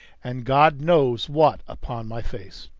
and god knows what upon my face.